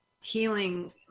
healing